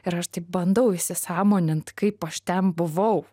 ir aš taip bandau įsisąmonint kaip aš ten buvau